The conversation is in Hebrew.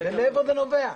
מאיפה זה נובע?